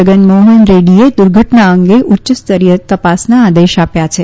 જગનમોહન રેડૃએ દુર્ધટના અંગે ઉચ્યસ્તરીય તપાસના આદેશ આપ્યા છે